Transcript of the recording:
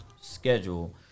schedule